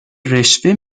رشوه